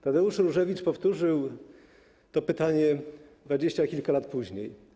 Tadeusz Różewicz powtórzył to pytanie dwadzieścia kilka lat później.